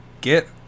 get